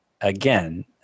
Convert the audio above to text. again